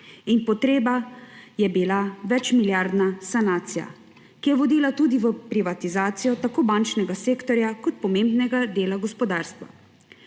potrebna je bila večmilijardna sanacija, ki je vodila tudi v privatizacijo tako bančnega sektorja kot pomembnega dela gospodarstva.